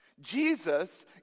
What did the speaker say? Jesus